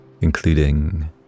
including